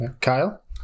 kyle